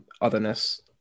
otherness